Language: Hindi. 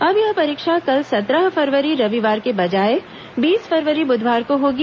अब यह परीक्षा कल सत्रह फरवरी रविवार के बजाए बीस फरवरी बुधवार को होगी